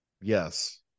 yes